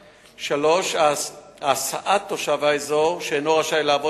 3. הסעת תושב האזור שאינו רשאי לעבוד